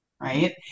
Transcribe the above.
right